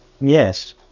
Yes